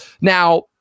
now